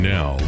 Now